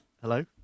Hello